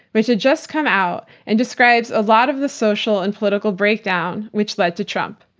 which had just come out, and describes a lot of the social and political breakdown, which led to trump.